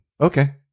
Okay